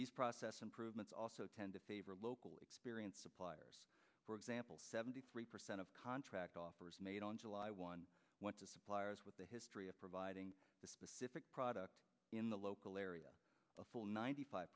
these process improvements also tend to favor local experienced suppliers for example seventy three percent of contract offer was made on july one went to suppliers with a history of providing a specific product in the local area a full ninety five